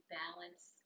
balance